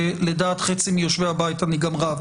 ולדעת חצי מיושבי הבית אני גם רב.